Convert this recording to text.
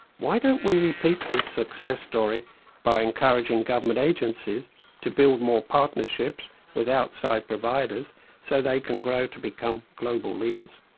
why don't we repeat this success story by encouraging government agencies to build more partnerships with outside providers so they can grow to become global leaders?